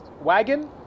wagon